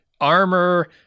armor